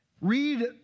Read